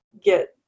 get